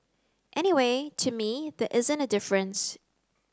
anyway to me there isn't a difference